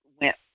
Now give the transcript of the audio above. went